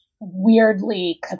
weirdly